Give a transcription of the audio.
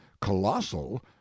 colossal